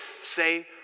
Say